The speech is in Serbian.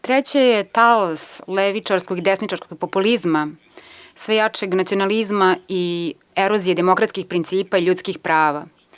Treće je talas levičarskog i desničarskog populizma, sve jačeg nacionalizma i erozije demokratskih principa i ljudskih prava.